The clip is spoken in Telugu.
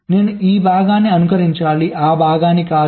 నేను ఈ భాగాన్ని అనుకరించాలి ఆ భాగాన్ని కాదు